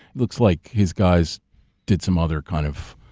looks like his guys did some other kind of,